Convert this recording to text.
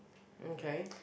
okay